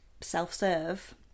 self-serve